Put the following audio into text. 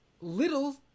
little